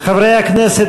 חברי הכנסת,